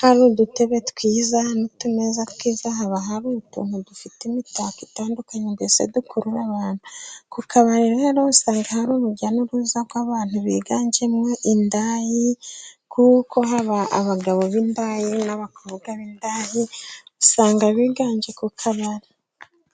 hari: udutebe twiza n'utumeza twiza. Haba hari utuntu dufite imitako itandukanye mbese dukurura abantu. Ku kabari rero usanga hari urujya n'uruza rw'abantu biganjemo indaya, kuko haba abagabo b'indaya n'abakobwa b'indaya usanga biganje ku kabari.